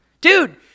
dude